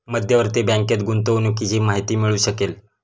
मध्यवर्ती बँकेत गुंतवणुकीची माहिती मिळू शकेल